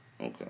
Okay